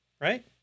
right